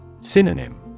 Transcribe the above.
Synonym